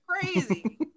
crazy